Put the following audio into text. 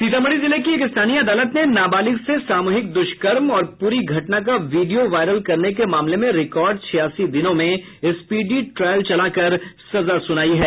सीतामढ़ी जिले की एक स्थानीय अदालत ने नाबालिग से सामूहिक दुष्कर्म और पूरी घटना का वीडियो वायरल करने के मामले में रिकॉर्ड छियासी दिनों में स्पीडी ट्रायल कर सजा सुनायी है